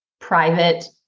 private